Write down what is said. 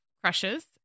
crushes